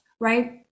Right